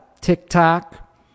TikTok